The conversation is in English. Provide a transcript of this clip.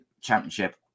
Championship